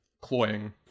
cloying